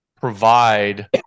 provide